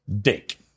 dick